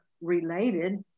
related